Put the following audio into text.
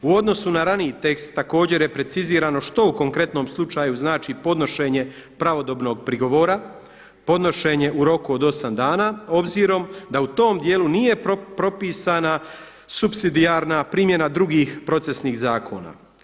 U odnosu na raniji tekst također je precizirano što u konkretnom slučaju znači podnošenje pravodobnog prigovora, podnošenje u roku od osam dana obzirom da u tom dijelu nije propisana supsidijarna primjena drugih procesnih zakona.